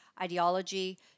ideology